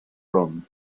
run